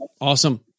Awesome